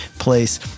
place